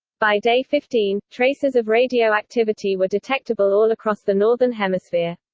by day fifteen, traces of radioactivity were detectable all across the northern hemisphere.